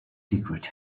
secrets